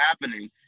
happening